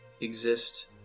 exist